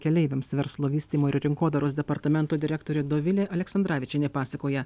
keleiviams verslo vystymo ir rinkodaros departamento direktorė dovilė aleksandravičienė pasakoja